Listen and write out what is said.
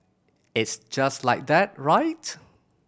it's just like that right